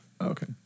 Okay